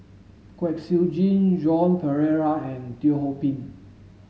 Kwek Siew Jin Joan Pereira and Teo Ho Pin